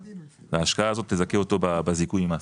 וההשקעה הזאת תזכה אותו בזיכוי מס.